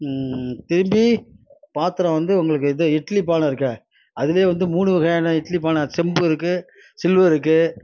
திரும்பி பாத்தரம் வந்து உங்களுக்கு இது இட்லி பானை இருக்கே அதில் வந்து மூணு வகையான இட்லி பானை செம்பு இருக்குது சில்வர் இருக்குது